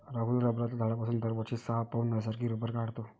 राहुल रबराच्या झाडापासून दरवर्षी सहा पौंड नैसर्गिक रबर काढतो